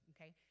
okay